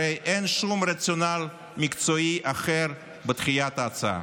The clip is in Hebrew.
הרי אין שום רציונל מקצועי אחר בדחיית ההצעה.